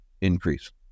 increase